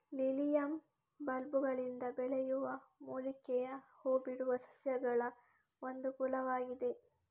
lilium ಬಲ್ಬುಗಳಿಂದ ಬೆಳೆಯುವ ಮೂಲಿಕೆಯ ಹೂ ಬಿಡುವ ಸಸ್ಯಗಳಒಂದು ಕುಲವಾಗಿದೆ